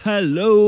Hello